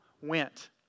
went